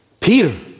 Peter